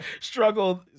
struggled